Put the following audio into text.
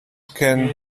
can